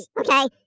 okay